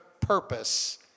purpose